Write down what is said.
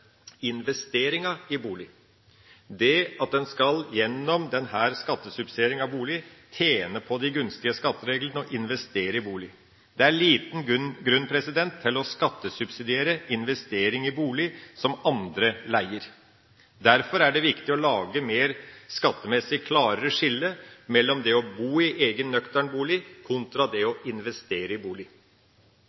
investeringa i bolig, det at man gjennom denne skattesubsidieringa av bolig skal tjene på de gunstige skattereglene og investere i bolig. Det er liten grunn til å skattesubsidiere investering i bolig som andre leier. Derfor er det viktig å lage et skattemessig klarere skille mellom det å bo i egen nøktern bolig kontra det å investere i